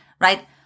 right